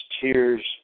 tears